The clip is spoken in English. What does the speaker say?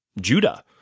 Judah